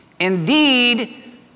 Indeed